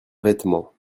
vêtement